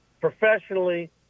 professionally